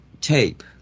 tape